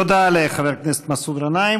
תודה לחבר הכנסת מסעוד גנאים.